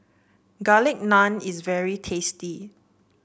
Garlic Naan is very tasty